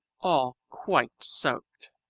all quite soaked.